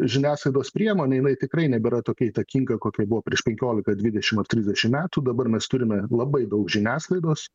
žiniasklaidos priemonė jinai tikrai nebėra tokia įtakinga kokia buvo prieš penkiolika dvidešim ar trisdešim metų dabar mes turime labai daug žiniasklaidos